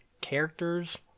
characters